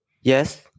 Yes